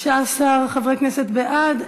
חוק איסור הפליה במוצרים,